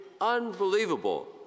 unbelievable